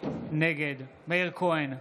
נגד מאיר כהן,